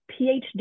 PhD